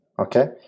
Okay